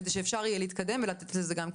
כדי שאפשר יהיה להתקדם ולתת לזה פתרון.